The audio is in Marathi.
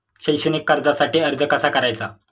शैक्षणिक कर्जासाठी अर्ज कसा करायचा?